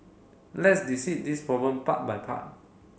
let's this problem part by part